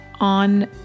on